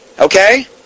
Okay